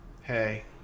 Hey